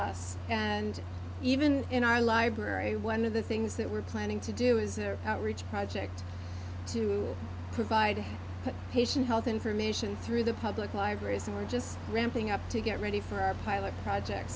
us and even in our library one of the things that we're planning to do is a outreach project to provide haitian health information through the public libraries and we're just ramping up to get ready for our pilot project